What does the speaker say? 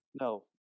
No